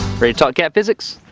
to talk cat physics?